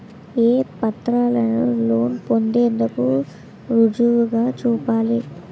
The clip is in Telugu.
ఏ పత్రాలను లోన్ పొందేందుకు రుజువుగా చూపాలి?